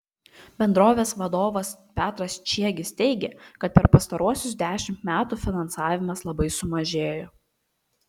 bendrovės vadovas petras čiegis teigė kad per pastaruosius dešimt metų finansavimas labai sumažėjo